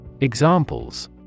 Examples